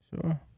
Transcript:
Sure